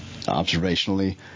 observationally